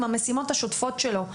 עם המשימות השוטפות שלו.